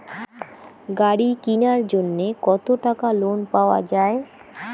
গাড়ি কিনার জন্যে কতো টাকা লোন পাওয়া য়ায়?